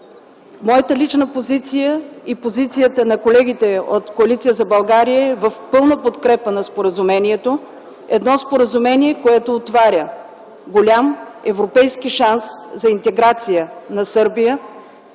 Моята лична позиция и позицията на колегите от Коалиция за България е в пълна подкрепа на споразумението. Едно споразумение, което отваря голям европейски шанс за интеграция на Сърбия,